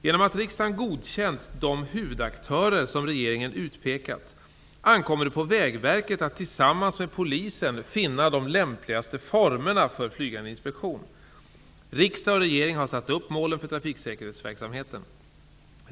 Genom att riksdagen godkänt de huvudaktörer som regeringen utpekat ankommer det på Vägverket att tillsammans med Polisen finna de lämpligaste formerna för flygande inspektion. Riksdag och regering har satt upp målen för trafiksäkerhetsverksamheten.